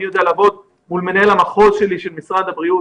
אני יודע לעבוד מול מנהל המחוז שלי של משרד הבריאות,